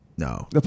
No